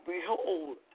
behold